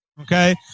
okay